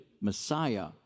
Messiah